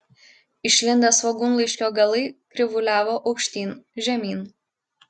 išlindę svogūnlaiškio galai krivuliavo aukštyn žemyn